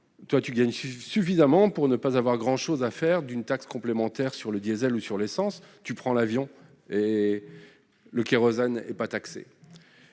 que je gagnais suffisamment pour ne pas avoir grand-chose à faire d'une taxe complémentaire sur le diesel ou sur l'essence, puisque je prenais l'avion et que le kérosène n'était pas taxé.